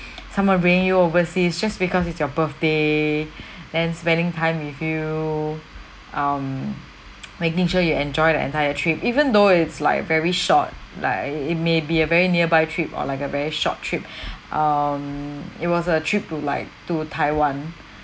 someone bring you overseas just because it's your birthday and spending time with you um making sure you enjoy the entire trip even though it's like very short like it may be a very nearby trip or like a very short trip um it was a trip to like to taiwan